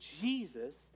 Jesus